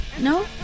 no